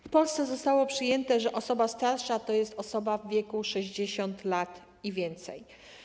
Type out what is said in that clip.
W Polsce zostało przyjęte, że osoba starsza to osoba w wieku 60 lat i więcej.